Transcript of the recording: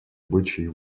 обычай